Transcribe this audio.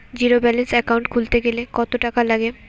Zero balance account খুলতে কত টাকা লাগে?